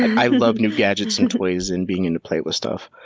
i love new gadgets, and toys, and being into play with stuff.